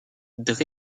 dre